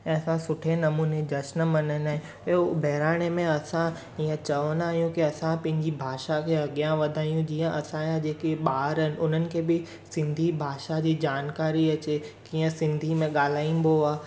ऐं असां सुठे नमूने जश्न मल्हाईंदा आहियूं इहो बहिराणे में असां ईअं चवंदा आहियूं की असां पंहिंजी भाषा खे अॻियां वधायूं जीअं असांजा जेके ॿार आहिनि उन्हनि खे बि सिंधी भाषा जी जानकारी अचे कीअं सिंधी में ॻाल्हाइबो आहे